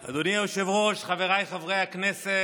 אדוני היושב-ראש, חבריי חברי הכנסת,